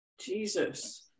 Jesus